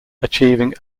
achieving